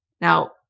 Now